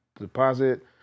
deposit